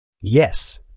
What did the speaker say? Yes